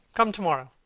come to-morrow.